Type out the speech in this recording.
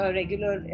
regular